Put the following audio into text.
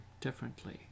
differently